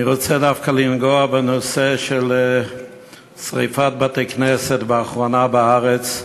אני רוצה דווקא לנגוע בנושא של שרפת בתי-כנסת בארץ באחרונה.